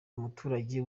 umuturage